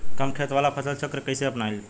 कम खेत वाला फसल चक्र कइसे अपनाइल?